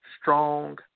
strong